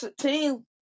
team